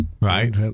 Right